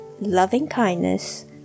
loving-kindness